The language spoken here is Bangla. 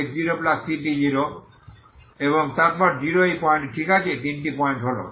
এবং তারপর 0 এই পয়েন্ট ঠিক আছে তিনটি পয়েন্ট হল